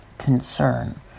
Concern